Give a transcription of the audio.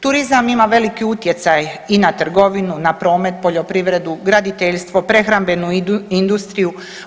Turizam ima veliki utjecaj i na trgovinu, na promet, poljoprivredu, graditeljstvo, prehrambenu industriju.